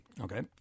Okay